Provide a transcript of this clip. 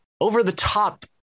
over-the-top